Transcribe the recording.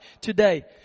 today